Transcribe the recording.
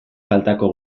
faltako